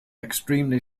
extremely